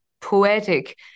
poetic